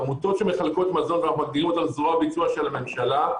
עמותות שמחלקות מזון ומגדירים אותם כזרוע ביצוע של הממשלה.